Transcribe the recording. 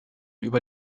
über